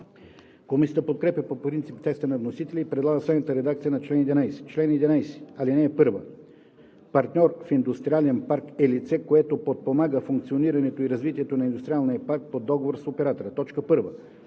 Комисията подкрепя по принцип текста на вносителя и предлага следната редакция на чл. 11: „Чл. 11. (1) Партньор в индустриален парк е лице, което подпомага функционирането и развитието на индустриалния парк по договор с оператора: 1. за